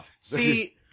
See